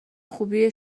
خوبی